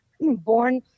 born